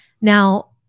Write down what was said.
Now